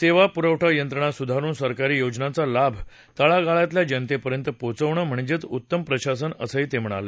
सेवा पुरवठा यंत्रणा सुधारुन सरकारी योजनांचा लाभ तळागाळातल्या जनतेपर्यंत पोहोचवणं म्हणजे उत्तम प्रशासन असं ते म्हणाले